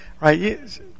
Right